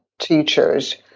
teachers